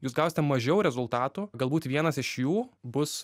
jūs gausite mažiau rezultatų galbūt vienas iš jų bus